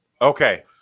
okay